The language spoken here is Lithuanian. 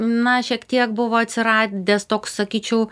na šiek tiek buvo atsiradęs toks sakyčiau